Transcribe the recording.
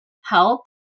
help